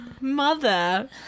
Mother